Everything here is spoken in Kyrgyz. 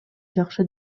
жакшы